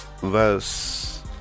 verse